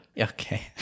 Okay